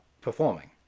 performing